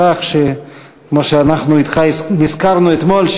כמו שנזכרנו אתמול,